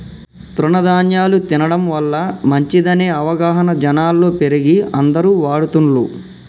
తృణ ధ్యాన్యాలు తినడం వల్ల మంచిదనే అవగాహన జనాలలో పెరిగి అందరు వాడుతున్లు